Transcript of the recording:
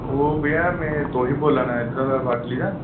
ओह् भैया मैं तोहिब बोल्लै ना इद्धरा दा बाटली दा